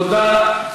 תודה.